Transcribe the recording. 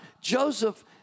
Joseph